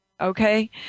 Okay